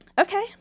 okay